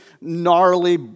gnarly